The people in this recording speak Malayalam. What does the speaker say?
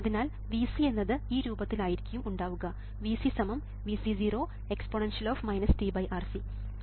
അതിനാൽ Vc എന്നത് ഈ രൂപത്തിൽ ആയിരിക്കും ഉണ്ടാവുക Vc Vc0 exp tRC